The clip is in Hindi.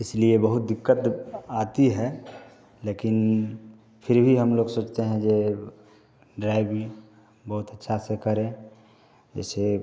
इसलिए बहुत दिक्कत आती है लेकिन फिर भी हम लोग सोचते हैं ये ड्राइविंग बहुत अच्छा से करें जैसे